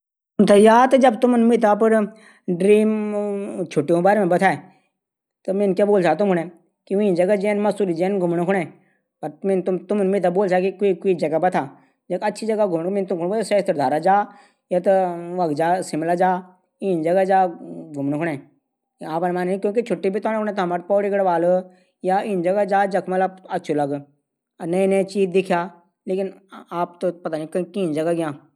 एक अंतरिक्ष यात्री छौ मी। और मी यख अकेला फंसी ग्यों और खाणू पीणू मी मा पूरू चा समय बिताणू कू मि सबसे पैली अंतरिक्ष मा जू भी चीज ऊ थै दिखलू मी गौर से वहाँ से जानकारी इकट्ठा कलू बाकी अपडू टाइम पास कनू कू मिमा जू सामाग्री चा ऊंमा मी अपडू समय बितौलू। और ध्यान मी कखी कखी लगौलू मी।